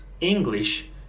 english